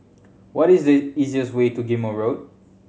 what is the easiest way to Ghim Moh Road